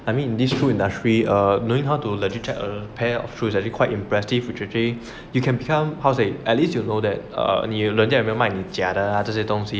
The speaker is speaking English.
I mean in this shoe industry err doing how to legit check a pair of shoes is actually quite impressive is usually you can tell how to say at least you go there err 人家卖你假的 lah 这些东西